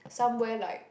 somewhere like